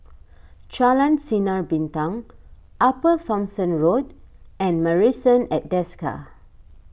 Jalan Sinar Bintang Upper Thomson Road and Marrison at Desker